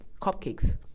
cupcakes